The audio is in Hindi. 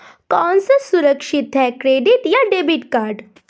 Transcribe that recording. कौन सा सुरक्षित है क्रेडिट या डेबिट कार्ड?